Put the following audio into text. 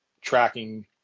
tracking